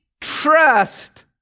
trust